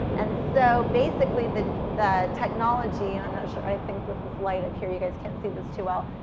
and so basically the the technology and i think with this light up here, you guys can't see this too well.